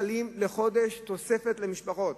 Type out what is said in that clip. שקלים לחודש למשפחות.